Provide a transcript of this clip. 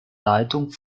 leitung